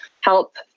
help